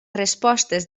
respostes